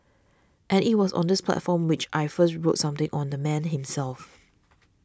and it was on this platform which I first wrote something on the man himself